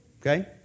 okay